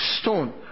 stone